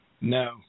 No